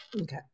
Okay